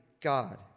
God